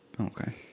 okay